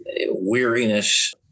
weariness